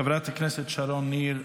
חברת הכנסת שרון ניר,